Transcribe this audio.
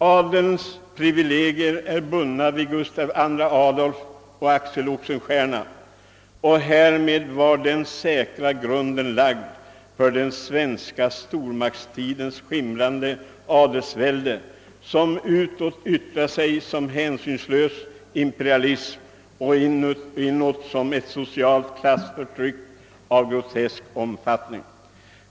Adelns privilegier är bundna vid Gustav II Adolf och Axel Oxenstierna och »härmed var den säkra grunden lagd för den svenska stor maktstidens skimrande adelsvälde, som utåt yttrade sig som hänsynslös imperialism och inåt som ett socialt klassförtryck av grotesk omfattning».